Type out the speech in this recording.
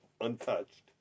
untouched